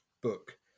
book